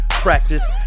practice